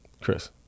Chris